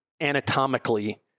anatomically